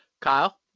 Kyle